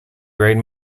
grade